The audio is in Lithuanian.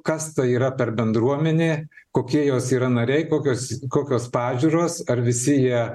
kas tai yra per bendruomenė kokie jos yra nariai kokios kokios pažiūros ar visi jie